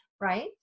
right